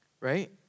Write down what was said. right